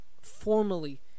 formally